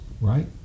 right